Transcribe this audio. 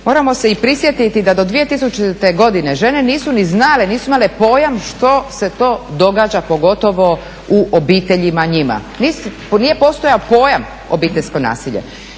Moramo se i prisjetiti da do 2000. godine žene nisu ni znale, nisu imale pojam što se to događa, pogotovo u obiteljima njima. Nije postojao pojam obiteljsko nasilje.